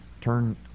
Turn